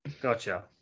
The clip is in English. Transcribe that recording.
gotcha